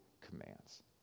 commands